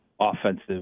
offensive